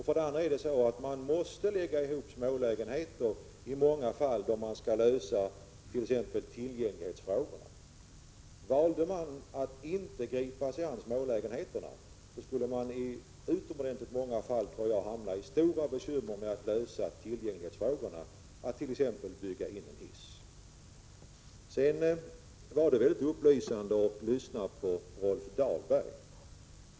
För det andra måste man i 16 december 1986 många fall lägga ihop smålägenheter då man skall lösa tillgänglighetsproble= = DH. oder osa men. Valde man att inte gripa sig an smålägenheterna, skulle man i utomordenligt många fall hamna i stora bekymmer med att lösa de problemen, exempelvis när det gäller att bygga in en hiss. Det var upplysande att lyssna på Rolf Dahlberg.